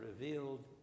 revealed